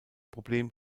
problem